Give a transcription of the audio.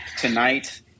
tonight